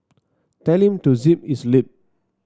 tell him to zip his lip